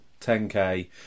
10k